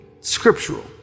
scriptural